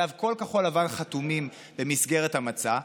עליו כל כחול לבן חתומים במסגרת המצע,